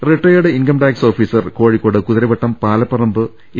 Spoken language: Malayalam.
retired income tax officer Kozhikode Kuthiravattam Palaparamba A